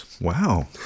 Wow